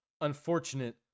unfortunate